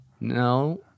No